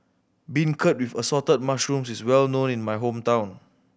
beancurd with Assorted Mushrooms is well known in my hometown